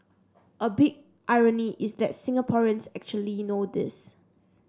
a big irony is that Singaporeans actually know this